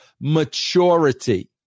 maturity